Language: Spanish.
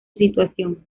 situación